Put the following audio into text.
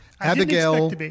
Abigail